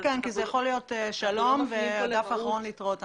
כן, כי זה יכול להיות שלום ובעמוד האחרון להתראות.